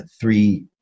three